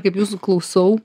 kaip jūs klausau